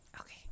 Okay